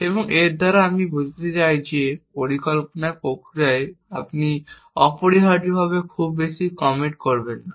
এবং এর দ্বারা আমরা বোঝাতে চাই যে পরিকল্পনার প্রক্রিয়ায় আপনি অপরিহার্যভাবে খুব বেশি কমিট করবেন না